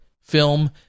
film